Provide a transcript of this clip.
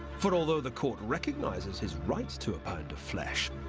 for although the court recognises his right to a pound of flesh,